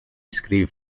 script